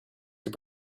can